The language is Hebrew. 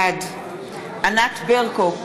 בעד ענת ברקו,